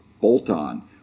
bolt-on